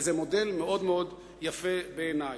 וזה מודל מאוד מאוד יפה בעיני.